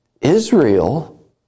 Israel